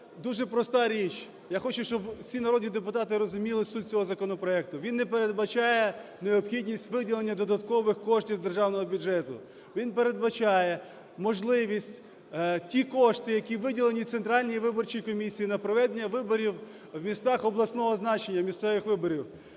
дуже проста річ, я хочу, щоб всі народні депутати розуміли суть цього законопроекту. Він не передбачає необхідність виділення додаткових коштів з Державного бюджету. Він передбачає можливість ті кошти, які виділені Центральній виборчій комісії на проведення виборів в містах обласного значення, місцевих виборів